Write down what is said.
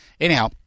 Anyhow